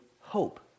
hope